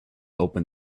open